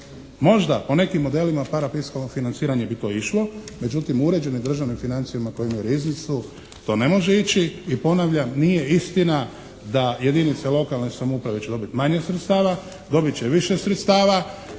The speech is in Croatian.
Možda po nekim modelima parafiskalnog financiranja bi to išlo, međutim u uređenim državnim financijama koje imaju Riznicu to ne može ići. I ponavljam, nije istina da jedinice lokalne samouprave će dobiti manje sredstava. Dobit će više sredstava.